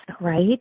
right